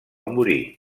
morir